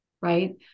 Right